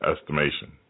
estimation